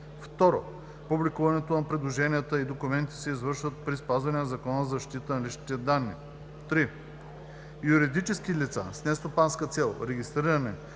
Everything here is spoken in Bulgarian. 2. Публикуването на предложенията и документите се извършва при спазване на Закона за защита на личните данни. 3. Юридически лица с нестопанска цел, регистрирани